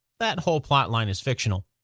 that whole plotline is fictional.